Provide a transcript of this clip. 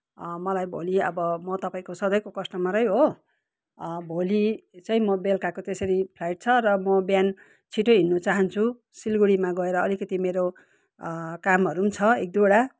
मलाई भोलि अब म तपाईँको सधैँको कस्टमरै हो भोलि चाहिँ म बेलुकाको त्यसरी फ्लाइट छ र म बिहान छिटै हिँड्नु चाहन्छु सिलगढीमा गएर अलिकति मेरो कामहरू पनि छ एक दुईवटा